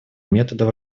методов